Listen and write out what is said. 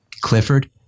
Clifford